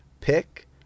pick